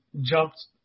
jumped